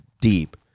deep